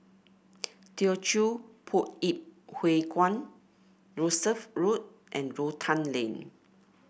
Teochew Poit Ip Huay Kuan Rosyth Road and Rotan Lane